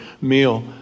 meal